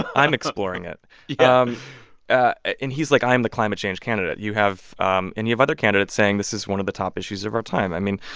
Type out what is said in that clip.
i'm exploring it yeah um and he's like, i am the climate change candidate. you have um and you have other candidates saying this is one of the top issues of our time. i mean,